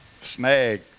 snag